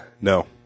No